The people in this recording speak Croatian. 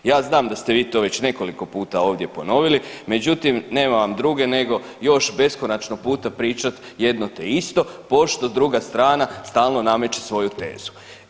Ja znam da ste vi to već nekoliko puta ovdje ponovili, međutim, nema vam druge nego još beskonačno puta pričati jedno te isto, pošto druga strana stalno nameče svoju tezu.